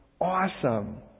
awesome